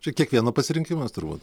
čia kiekvieno pasirinkimas turbūt